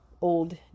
old